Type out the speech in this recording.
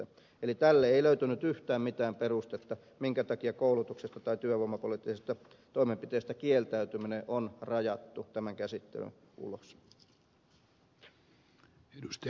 eli tälle ei löytynyt yhtään mitään perustetta minkä takia koulutuksesta tai työvoimapoliittisesta toimenpiteestä kieltäytyminen on rajattu tämän käsittelyn ulkopuolelle